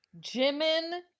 jimin